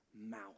mouth